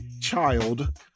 child